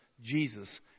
Jesus